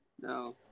No